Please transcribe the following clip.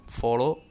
follow